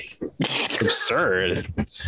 Absurd